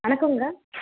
வணக்கங்க